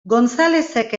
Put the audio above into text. gonzalezek